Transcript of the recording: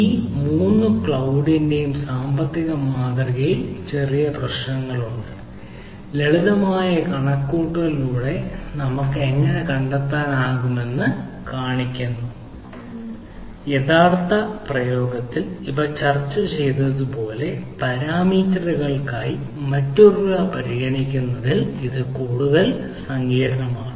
ഈ മൂന്ന് ക്ലൌഡിന്റെ സാമ്പത്തിക മാതൃകയിലെ ചെറിയ പ്രശ്നങ്ങളാണ് ലളിതമായ കണക്കുകൂട്ടലിലൂടെ നമുക്ക് എങ്ങനെ കണ്ടെത്താനാകുമെന്ന് കാണിക്കുന്നു യഥാർത്ഥ പ്രയോഗത്തിൽ ഇവ ചർച്ച ചെയ്തതുപോലെ പാരാമീറ്ററുകൾക്കായി മറ്റുള്ളവ പരിഗണിക്കുന്നതിൽ കൂടുതൽ സങ്കീർണ്ണമാണ്